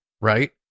right